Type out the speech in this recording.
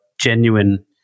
genuine